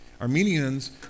Armenians